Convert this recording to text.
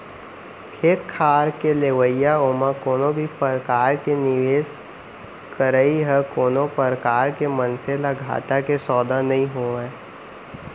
खेत खार के लेवई ओमा कोनो भी परकार के निवेस करई ह कोनो प्रकार ले मनसे ल घाटा के सौदा नइ होय